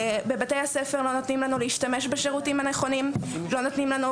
בבתי הספר לא נותנים לנו להשתמש בשירותים הנכונים; לא נותנים לנו